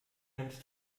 nimmst